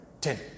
Ten